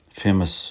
famous